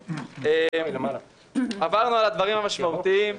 עברנו על הדברים המשמעותיים.